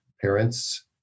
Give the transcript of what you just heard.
parents